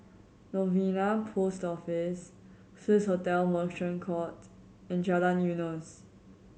Novena Post Office Swissotel Merchant Court and Jalan Eunos